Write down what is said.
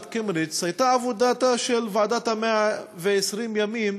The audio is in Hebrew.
קמיניץ הייתה העבודה של "צוות 120 הימים"